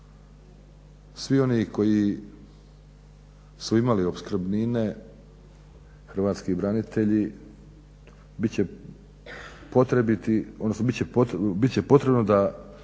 Svi oni koji su imali opskrbnine, hrvatski branitelji, biti će potrebno da